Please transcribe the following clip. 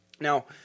Now